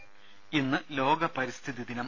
ദേഴ ഇന്ന് ലോക പരിസ്ഥിതിദിനം